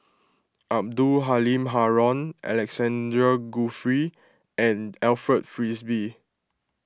Abdul Halim Haron Alexander Guthrie and Alfred Frisby